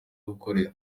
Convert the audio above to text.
gukorera